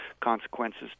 consequences